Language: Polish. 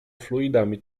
fluidami